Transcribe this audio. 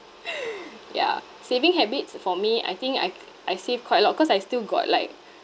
yeah saving habits for me I think I I save quite a lot cause I still got like